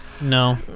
No